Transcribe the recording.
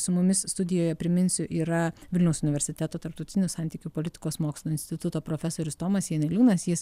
su mumis studijoje priminsiu yra vilniaus universiteto tarptautinių santykių politikos mokslų instituto profesorius tomas janeliūnas jis